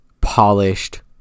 polished